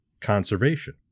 conservation